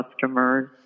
customers